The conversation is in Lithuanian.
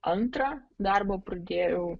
antrą darbą pradėjau